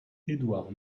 edward